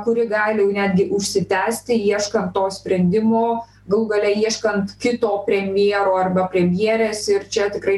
kuri gali netgi užsitęsti ieškant to sprendimo galų gale ieškant kito premjero arba premjerės ir čia tikrai